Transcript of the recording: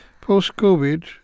Post-COVID